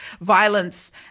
violence